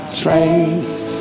trace